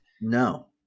no